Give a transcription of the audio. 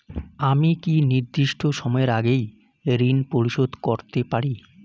আমি কি নির্দিষ্ট সময়ের আগেই ঋন পরিশোধ করতে পারি?